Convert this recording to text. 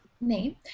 name